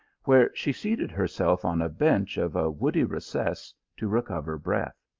where she seated herself on a bench of a woody recess to recover breath.